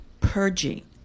purging